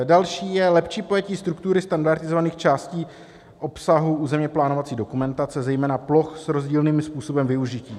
Další je lepší pojetí struktury standardizovaných částí obsahu územně plánovací dokumentace, zejména ploch s rozdílným způsobem využití.